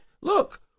look